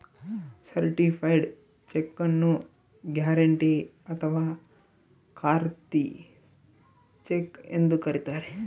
certified check ನ್ನು guarantee ಅಥಾವ ಖಾತ್ರಿ ಚೆಕ್ ಎಂದು ಕರಿತಾರೆ